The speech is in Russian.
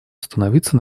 остановиться